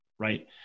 right